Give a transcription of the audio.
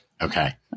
Okay